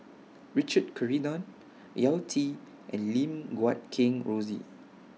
Richard Corridon Yao Zi and Lim Guat Kheng Rosie